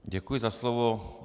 Děkuji za slovo.